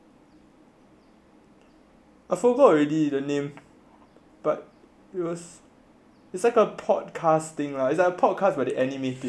I forgot already the name but it was it's like a podcast thing right it's a podcast with a anime thing you know